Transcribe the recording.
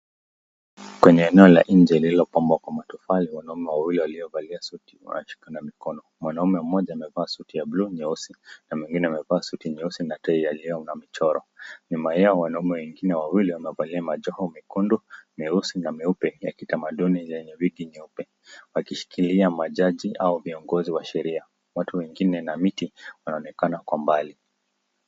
Kwenye eneo la nje lililo pambwa kwa matofali, wanaume wawili walio valia suti wanajikuna mikono, mwanaume mmoja amevaa suti ya buluu nyeusi, mwanaume mwingine amevalia suti nyena tai iliyo na michoro, nyuma yao, wanaume wengine wawili wanavalia majoho mekundu, meusi na nyeupe ya kitamaduni yenye wigi nyeupe, wakishikilia majaji au viongozi wa sheria, watu wengine na miti wanaonekana kwa mbali.